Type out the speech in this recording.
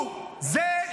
הוא זה,